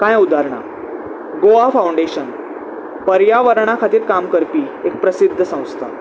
कांय उदाहरणा गोवा फावंडेशन पर्यावरणा खातीर काम करपी एक प्रसिद्द संस्था